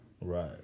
Right